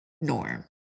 norm